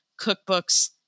cookbooks